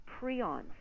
prions